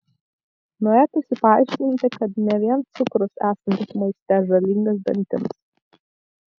norėtųsi paaiškinti kad ne vien cukrus esantis maiste žalingas dantims